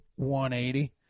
$180